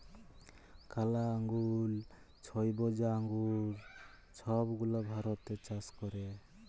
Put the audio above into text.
কালা আঙ্গুর, ছইবজা আঙ্গুর ছব গুলা ভারতে চাষ ক্যরে